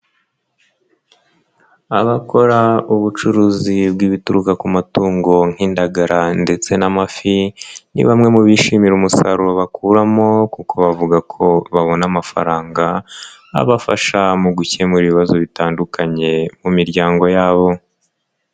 Abakora ubucuruzi bw'ibituruka ku matungo nk'indagara ndetse n'amafi, ni bamwe mu bishimira umusaruro bakuramo kuko bavuga ko babona amafaranga abafasha mu gukemura ibibazo bitandukanye mu miryango yabo.